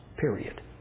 period